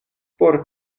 por